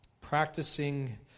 practicing